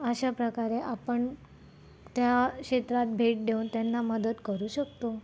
अशा प्रकारे आपण त्या क्षेत्रात भेट देऊन त्यांना मदत करू शकतो